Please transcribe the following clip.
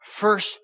first